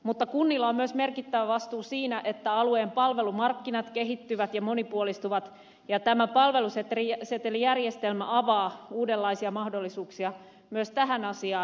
mutta kunnilla on myös merkittävä vastuu siinä että alueen palvelumarkkinat kehittyvät ja monipuolistuvat ja tämä palvelusetelijärjestelmä avaa uudenlaisia mahdollisuuksia myös tähän asiaan